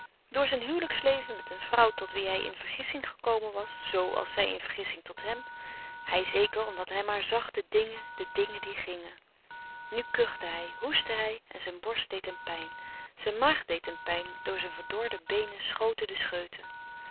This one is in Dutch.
door zijn huwelijksleven met een vrouw tot wie hij in vergissing gekomen was zoo als zij in vergissing tot hem hij zeker omdat hij maar zag de dingen de dingen die gingen nu kuchte hij hoestte hij en zijn borst deed hem pijn zijn maag deed hem pijn door zijn verdorde beenen schoten de scheuten